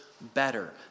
better